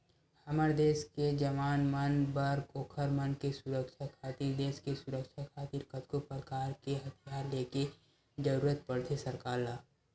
हमर देस के जवान मन बर ओखर मन के सुरक्छा खातिर देस के सुरक्छा खातिर कतको परकार के हथियार ले के जरुरत पड़थे सरकार ल